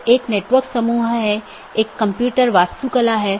तो यह पूरी तरह से मेष कनेक्शन है